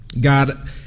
God